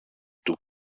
του